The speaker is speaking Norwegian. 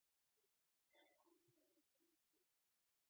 Der